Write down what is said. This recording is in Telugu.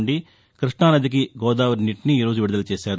నుంచి కృష్ణానదికి గోదావరి నీటిని ఈ రోజు విడుదల చేశారు